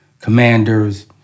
Commanders